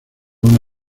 una